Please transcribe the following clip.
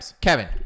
Kevin